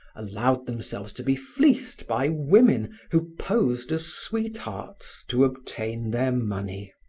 allowed themselves to be fleeced by women who posed as sweethearts to obtain their money.